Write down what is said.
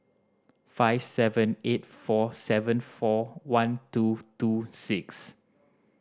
five seven eight four seven four one two two six